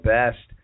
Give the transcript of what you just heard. Best